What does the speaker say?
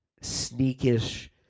sneakish